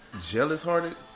jealous-hearted